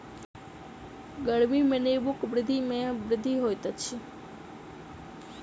गर्मी में नेबोक उपयोग में वृद्धि होइत अछि